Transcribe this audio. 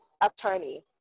attorney